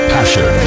Passion